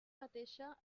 mateixa